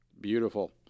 Beautiful